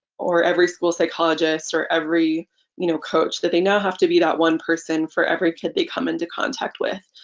or every school psychologist, or every you know coach that they now have to be that one person for every kid they come into contact with,